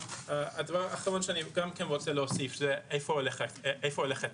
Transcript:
הדבר האחרון, איפה הולך הכסף.